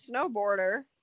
snowboarder